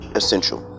essential